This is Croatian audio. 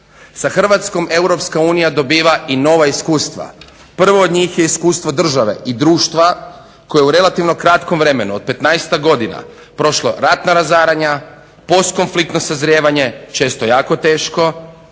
Sa Hrvatskom Europska unija dobiva i nova iskustva. Prvo od njih je iskustvo države i društva koje je u relativno kratkom vremenu od 15-ak godina prošlo ratna razaranja, postkonfliktno sazrijevanje često jako teško